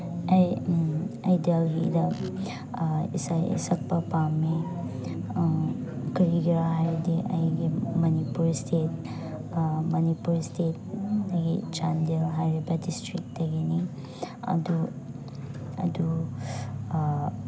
ꯑꯩ ꯑꯩ ꯗꯦꯜꯂꯤꯗ ꯏꯁꯩ ꯁꯛꯄ ꯄꯥꯝꯃꯤ ꯀꯔꯤꯒꯤꯔ ꯍꯥꯏꯔꯗꯤ ꯑꯩꯒꯤ ꯃꯅꯤꯄꯨꯔ ꯁ꯭ꯇꯦꯠ ꯃꯅꯤꯄꯨꯔ ꯁ꯭ꯇꯦꯠ ꯑꯩꯒꯤ ꯆꯥꯟꯗꯦꯜ ꯍꯥꯏꯔꯤꯕ ꯗꯤꯁꯇ꯭ꯔꯤꯛꯇꯒꯤꯅꯤ ꯑꯗꯨ ꯑꯗꯨ